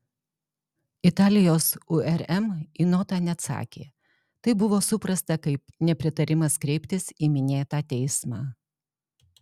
italijos urm į notą neatsakė tai buvo suprasta kaip nepritarimas kreiptis į minėtą teismą